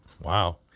Wow